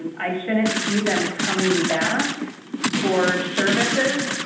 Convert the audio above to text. and i shouldn't see them coming back for services.